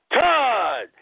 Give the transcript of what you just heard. Todd